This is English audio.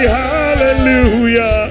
hallelujah